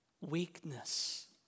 Weakness